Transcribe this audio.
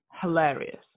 hilarious